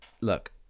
Look